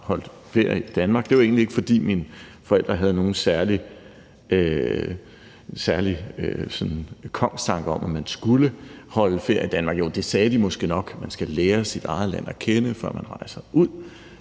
holdt ferie i Danmark. Det var egentlig ikke, fordi min forældre havde nogen særlig kongstanke om, at man skulle holde ferie i Danmark. Jo, det sagde de måske nok, nemlig at man skal lære sit eget land at kende, før man rejser ud,